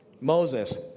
Moses